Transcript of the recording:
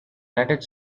united